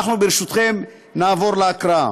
ברשותכם, נעבור להקראה.